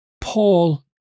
Paul